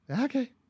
Okay